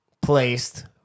placed